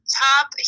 top